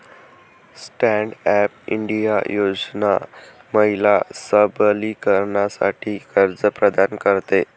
stand up India योजना महिला सबलीकरणासाठी कर्ज प्रदान करते